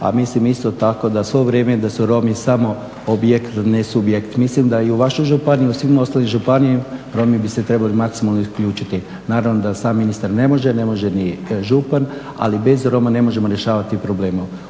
a mislim isto tako da svo vrijeme da su Romi samo objekt da nisu objekt. Mislim da i u vašoj županiji i u svim ostalim županijama Romi bi se trebali maksimalno isključiti. Naravno da sam ministar ne može, ne može ni župan ali bez Roma ne možemo rješavati probleme.